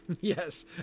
yes